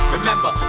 Remember